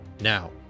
now